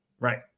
Right